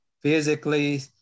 physically